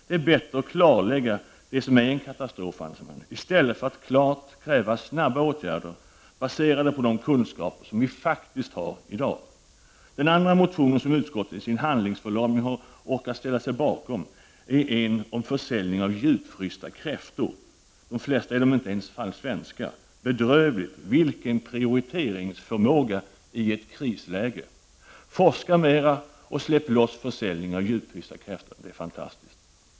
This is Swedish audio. Det är bättre att klarlägga det som är en katastrof än att klart kräva snabba åtgärder baserade på de kunskaper som vi faktiskt har. Den andra motionen som utskottet i sin handlingsförlamning har orkat ställa sig bakom är en om försäljning av djupfrysta kräftor. De är i de flesta fall inte ens svenska. Bedrövligt — vilken prioriteringsförmåga i ett krisläge! Forska mera och släpp loss försäljningen av djupfrysta kräftor. Det är fantastiskt!